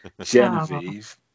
Genevieve